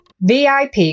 VIP